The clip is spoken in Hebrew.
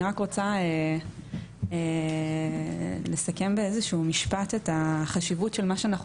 אני רק רוצה לסכם באיזשהו משפט את החשיבות של מה שאנחנו